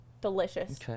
Delicious